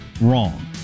Wrong